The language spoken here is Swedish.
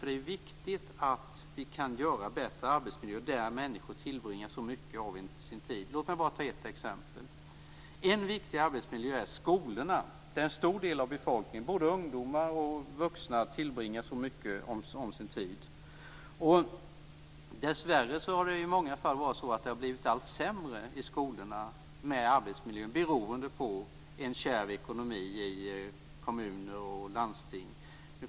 Det är viktigt att vi kan åstadkomma bättre arbetsmiljöer där människor tillbringar mycket av sin tid. En viktig arbetsmiljö - för att ta ett exempel - är skolorna där en stor del av befolkningen, både ungdomar och vuxna, tillbringar en stor del av sin tid. Dessvärre har arbetsmiljön i skolorna i många fall blivit allt sämre; detta beroende på en kärv ekonomi i kommuner och landsting.